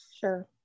Sure